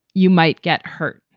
you might get hurt.